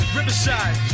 Riverside